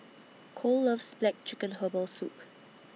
Cole loves Black Chicken Herbal Soup